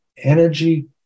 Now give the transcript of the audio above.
energy